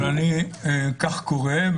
אבל אני כך קורא,